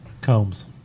Combs